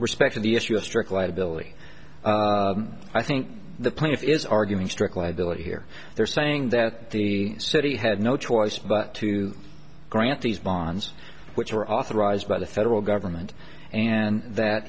respect to the issue of strict liability i think the plaintiff is arguing strict liability here they're saying that the city had no choice but to grant these bonds which were authorized by the federal government and that